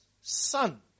son